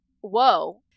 whoa